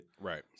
Right